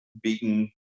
beaten